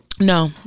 no